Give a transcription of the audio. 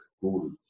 cool